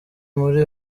muri